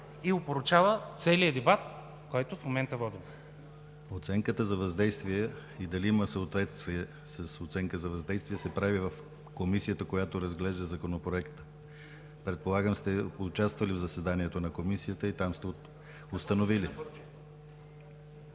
и опорочава целия дебат, който водим в момента. ПРЕДСЕДАТЕЛ ДИМИТЪР ГЛАВЧЕВ: Оценката за въздействие и дали има съответствие с оценка за въздействие се прави в комисията, която разглежда Законопроекта. Предполагам, че сте участвали в заседанието на Комисията и там сте установили.